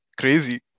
crazy